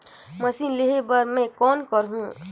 Machine लेहे बर मै कौन करहूं?